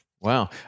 wow